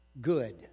good